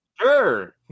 Sure